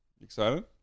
Excited